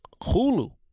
Hulu